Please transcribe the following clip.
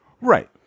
Right